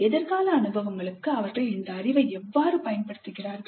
எதிர்கால அனுபவங்களுக்கு அவர்கள் இந்த அறிவை எவ்வாறு பயன்படுத்துகிறார்கள்